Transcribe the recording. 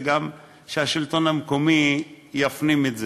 וגם שהשלטון המקומי יפנים את זה.